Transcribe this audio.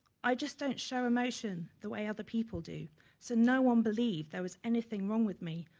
i just don't show emotion the way other people do so no one believed there was anything wrong with me,